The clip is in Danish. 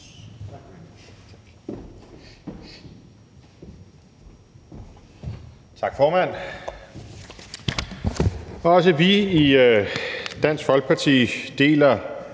Tak, formand. Også i Dansk Folkeparti deler